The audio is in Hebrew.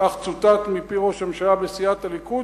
כך צוטט מפי ראש הממשלה בסיעת הליכוד,